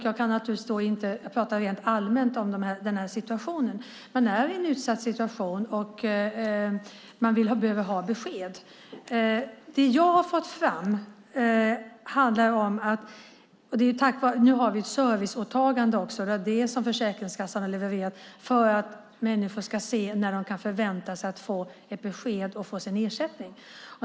Jag kan naturligtvis enbart prata rent allmänt om den här situationen, men det är en utsatt situation och man behöver ha besked. Det jag har fått fram handlar om att Försäkringskassan nu har ett serviceåtagande också för att människor ska kunna se när de kan förvänta sig att få ett besked och få sin ersättning.